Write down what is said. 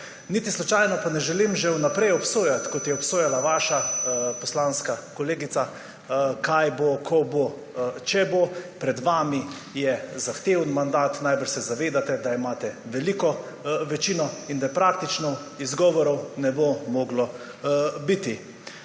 Niti slučajno pa ne želim že vnaprej obsojati, kot je obsojala vaša poslanska kolegica, kaj bo, ko bo, če bo. Pred vami je zahteven mandat, najbrž se zavedate, da imate veliko večino in da praktično izgovorov ne bo moglo biti.